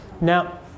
Now